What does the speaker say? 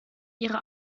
ihre